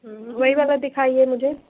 वही वाला दिखाईए मुझे